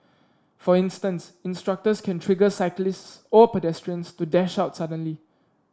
for instance instructors can trigger cyclists or pedestrians to dash out suddenly